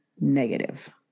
negative